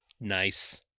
Nice